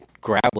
grab